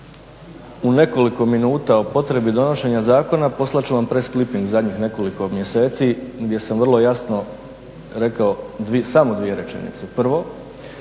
u nekoliko minuta o potrebi donošenja zakona postati ću vam press cliping zadnjih nekoliko mjeseci gdje sam vrlo jasno rekao samo dvije rečenice. Prvo